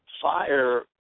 fire